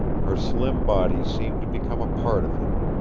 her slim body seemed to become a part of him.